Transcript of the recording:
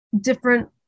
different